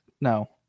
no